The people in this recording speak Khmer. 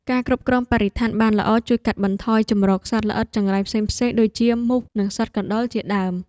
ការគ្រប់គ្រងបរិស្ថានបានល្អជួយកាត់បន្ថយជម្រកសត្វល្អិតចង្រៃផ្សេងៗដូចជាមូសនិងសត្វកណ្តុរជាដើម។